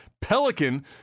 Pelican